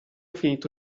finito